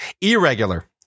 Irregular